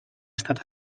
estat